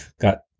got